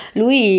lui